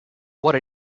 what